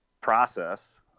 process